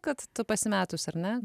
kad tu pasimetus ar ne